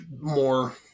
more